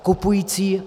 Kupující...